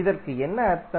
இதற்கு என்ன அர்த்தம்